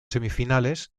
semifinales